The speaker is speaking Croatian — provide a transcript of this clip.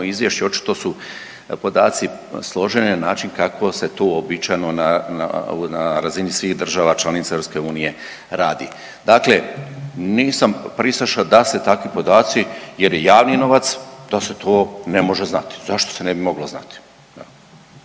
Izvješće očito su podaci složeni na način kako se to uobičajeno na razini svih država članica EU radi. Dakle nisam pristaša da se takvi podaci jer je javni novac, da se to ne može znati. Zašto se ne bi moglo znati?